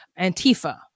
Antifa